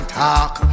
talk